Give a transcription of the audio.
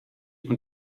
und